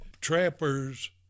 trappers